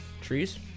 Trees